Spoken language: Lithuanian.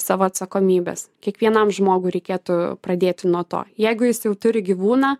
savo atsakomybės kiekvienam žmogui reikėtų pradėti nuo to jeigu jis jau turi gyvūną